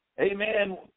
Amen